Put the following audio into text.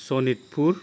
Sonitpur